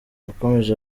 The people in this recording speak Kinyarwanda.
yakomeje